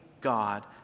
God